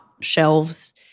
shelves